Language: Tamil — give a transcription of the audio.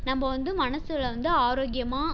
நம்ம வந்து மனசில் வந்து ஆரோக்கியமாக